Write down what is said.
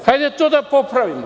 Hajde to da popravimo.